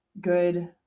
good